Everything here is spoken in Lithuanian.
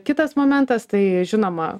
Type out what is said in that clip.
kitas momentas tai žinoma